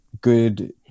good